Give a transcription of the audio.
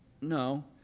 No